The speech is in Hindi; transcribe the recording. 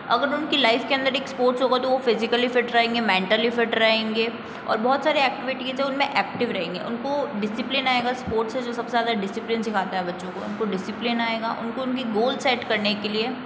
अगर उनकी लाइफ़ के अंदर एक स्पोर्ट्स होगा तो वो फ़िज़िकली फिट रहेंगे मेंटली फिट रहेंगे और बहुत सारी एक्टिविटीज़ है उन में एक्टिव रहेंगे उनको डिसिप्लिन आएगा स्पोर्ट्स है जो सबसे ज़्यादा डिसिप्लिन सिखाता है बच्चों को उनको डिसिप्लिन आएगा उनको उनके गोल सेट करने के लिए